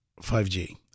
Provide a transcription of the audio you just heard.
5G